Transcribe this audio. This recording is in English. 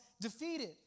defeated